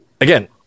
again